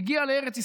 מגיע לארץ ישראל,